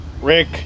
rick